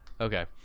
Okay